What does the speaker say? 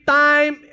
time